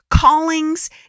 callings